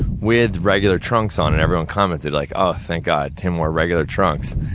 with regular trunks on, and everyone commented, like, oh, thank god, tim wore regular trunks.